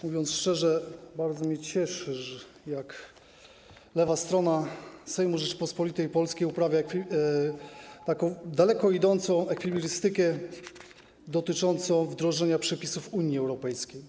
Mówiąc szczerze, bardzo mnie cieszy, jak lewa strona Sejmu Rzeczpospolitej Polskiej uprawia taką daleko idącą ekwilibrystykę dotyczącą wdrożenia przepisów Unii Europejskiej.